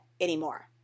anymore